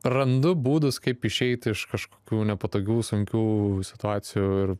randu būdus kaip išeiti iš kažkokių nepatogių sunkių situacijų ir